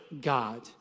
God